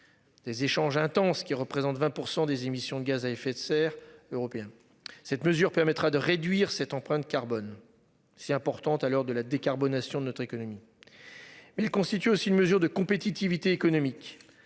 Des échanges intenses qui représentent 20% des émissions de gaz à effet de serre européen. Cette mesure permettra de réduire cette empreinte carbone si importante à l'heure de la décarbonation de notre économie. Mais il constitue aussi une mesure de compétitivité économique